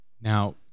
Now